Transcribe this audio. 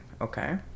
okay